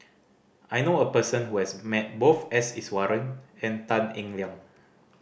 I know a person who has met both S Iswaran and Tan Eng Liang